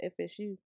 FSU